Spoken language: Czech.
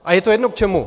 A je to jedno k čemu!